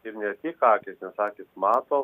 ir ne tik akys nes akys mato